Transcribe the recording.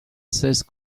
seize